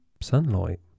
sunlight